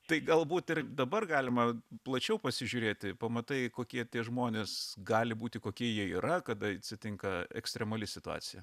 tai galbūt ir dabar galima plačiau pasižiūrėti pamatai kokie tie žmonės gali būti kokie jie yra kada atsitinka ekstremali situacija